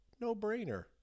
No-Brainer